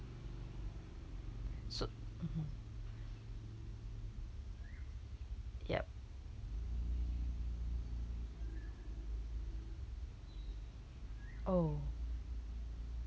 so mmhmm yup oh